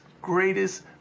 greatest